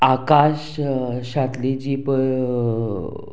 आकाश शातली जी पय